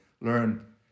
learn